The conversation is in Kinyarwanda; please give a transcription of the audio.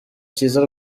cyiza